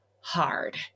hard